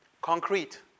Concrete